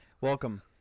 Welcome